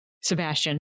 sebastian